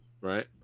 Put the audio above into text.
right